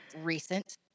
Recent